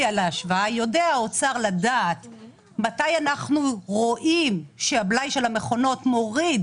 על ההשוואה יודע האוצר מתי אנחנו רואים שהבלאי של המכונות מוריד